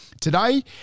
Today